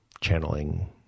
channeling